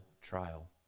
trial